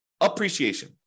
appreciation